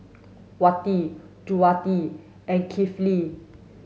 wati Juwita and Kifli